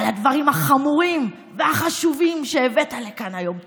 על הדברים החמורים והחשובים שהבאת לכאן היום.